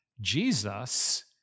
Jesus